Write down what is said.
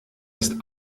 ist